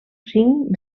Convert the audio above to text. cinc